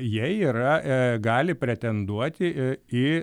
jei yra gali pretenduoti į į